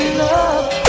love